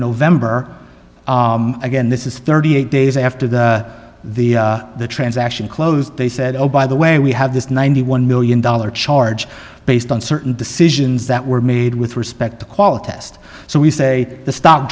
november again this is thirty eight days after the the the transaction closed they said oh by the way we have this ninety one million dollar charge based on certain decisions that were made with respect to quality test so we say the stock